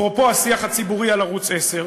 אפרופו השיח הציבורי על ערוץ 10,